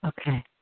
Okay